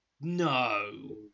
No